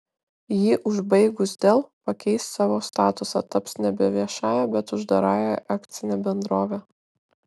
jį užbaigus dell pakeis savo statusą taps nebe viešąja bet uždarąja akcine bendrove